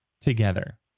together